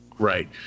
Right